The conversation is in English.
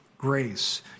Grace